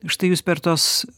štai jūs per tuos